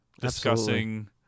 discussing